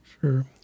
Sure